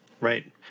right